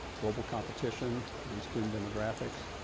global competition, and student demographics,